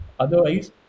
Otherwise